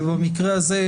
ובמקרה הזה,